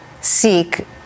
seek